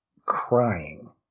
crying